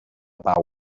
pau